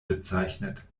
bezeichnet